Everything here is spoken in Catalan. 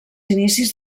inicis